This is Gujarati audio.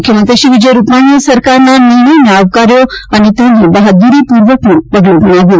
મુખ્યમંત્રીશ્રી વિજય રૂપાણીએ સરકારના નિર્ણયને આવકાર્યો અને તેને બહાદૂરીપૂર્વકનું પગલું ગણાવ્યું